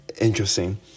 interesting